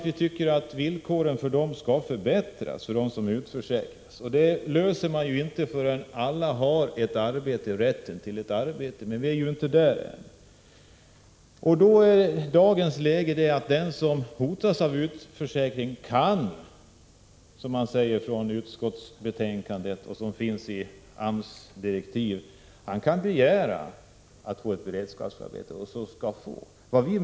Vi tycker att villkoren för dem som utförsäkras måste förbättras. Detta löser man inte förrän alla har rätten till ett arbete, och vi är ju inte där än. Dagens läge är att den som hotas av utförsäkring, som utskottsbetänkandet och AMS direktiv säger, kan begära att få ett beredskapsarbete.